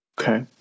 Okay